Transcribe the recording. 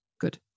Good